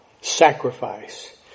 sacrifice